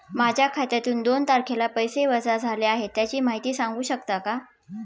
माझ्या खात्यातून दोन तारखेला पैसे वजा झाले आहेत त्याची माहिती सांगू शकता का?